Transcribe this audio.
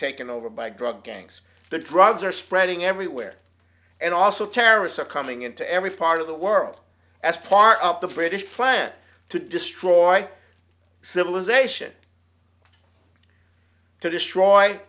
taken over by drug gangs the drugs are spreading everywhere and also terrorists are coming into every part of the world as part of the british plan to destroy civilization to destroy